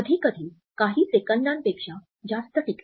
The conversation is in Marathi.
कधीकधी काही सेकंदांपेक्षा जास्त काळ टिकते